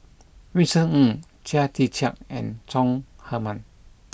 Vincent Ng Chia Tee Chiak and Chong Heman